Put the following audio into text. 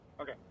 Okay